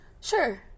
Sure